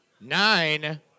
nine